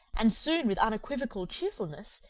and soon with unequivocal cheerfulness,